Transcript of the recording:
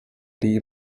the